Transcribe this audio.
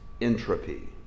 entropy